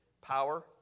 power